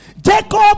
Jacob